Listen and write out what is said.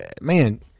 man